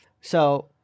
So-